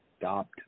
stopped